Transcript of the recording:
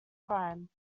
crime